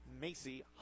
Macy